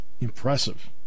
Impressive